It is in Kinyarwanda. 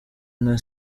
nka